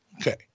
Okay